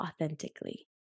authentically